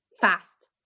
fast